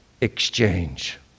exchange